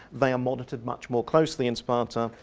they are monitored much more closely in sparta'.